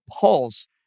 Pulse